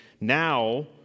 now